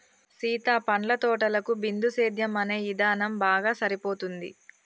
సీత పండ్ల తోటలకు బిందుసేద్యం అనే ఇధానం బాగా సరిపోతుంది